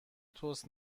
تست